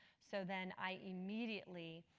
so then i immediately